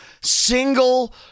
single